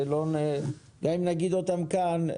שגם אם נגיד אותם כאן,